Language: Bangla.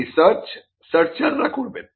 এই সার্চ সার্চার রা করবেন